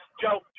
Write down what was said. Joe